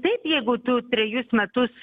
taip jeigu tu trejus metus